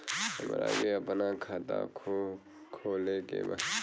हमरा के अपना खाता खोले के बा?